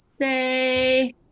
say